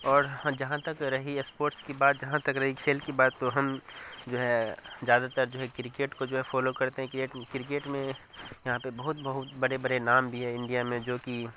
اور جہاں تک رہی اسپورٹس کی بات جہاں تک رہی کھیل کی بات تو ہم جو ہے زیادہ تر جو ہے کرکٹ کو جو ہے فالو کرتے ہیں کہ ایک کرکٹ میں یہاں پہ بہت بہت بڑے بڑے نام بھی ہیں انڈیا میں جو کہ